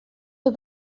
you